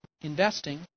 investing